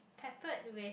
peppered with